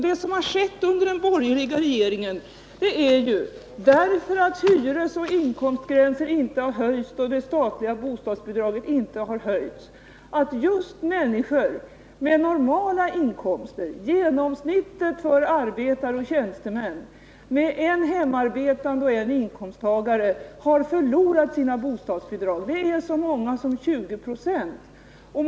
Det som har skett under den borgerliga regeringen är att familjer med normala inkomster, genomsnittet för arbetare och tjänstemän, med en hemarbetande och en inkomsttagare har förlorat sina bostadsbidrag — på grund av att hyresoch inkomstgränserna inte har höjts och på grund av att det statliga bostadsbidraget inte har höjts. Det är så många som 20 96.